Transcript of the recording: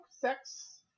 sex